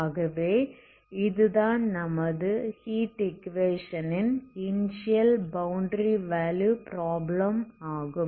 ஆகவே இதுதான் நமது ஹீட் ஈக்குவேஷனின் இனிஸியல் பௌண்டரி வேல்யூ ப்ராப்ளம் ஆகும்